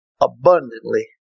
abundantly